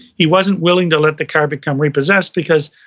he wasn't willing to let the car become repossessed because,